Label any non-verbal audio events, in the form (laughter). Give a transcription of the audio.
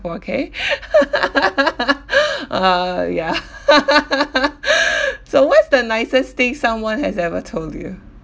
okay (breath) (laughs) (breath) uh ya (laughs) so what's the nicest thing someone has ever told you